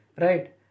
Right